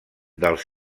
dels